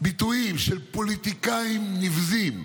ביטויים של פוליטיקאים נבזים,